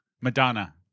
Madonna